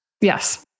Yes